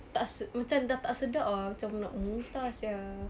tak se~ macam dah tak sedap ah macam nak muntah sia